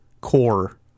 core